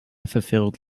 fulfilled